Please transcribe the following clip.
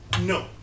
no